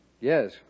Yes